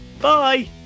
Bye